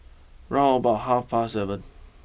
round about half past seven